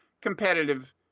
competitive